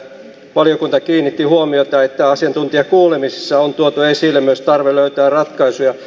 valiokunta kiinnitti huomiota että asiantuntijakuulemisessa on tuotu esille myös tarve löytää ratkaisuja